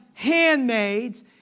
handmaids